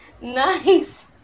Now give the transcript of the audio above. Nice